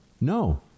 No